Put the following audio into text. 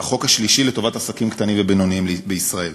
החוק השלישי לטובת עסקים קטנים ובינוניים בישראל.